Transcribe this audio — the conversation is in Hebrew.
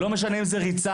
לא משנה אם זו ריצה,